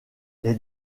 les